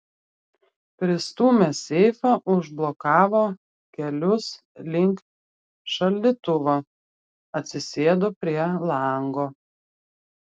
pristūmęs seifą užblokavo kelius link šaldytuvo atsisėdo prie lango